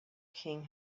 king